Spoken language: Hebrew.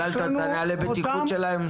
כללת את נהלי הבטיחות שלהן?